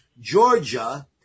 Georgia